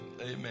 amen